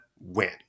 win